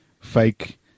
fake